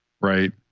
right